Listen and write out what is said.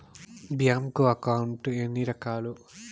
bank account ఎన్ని రకాలు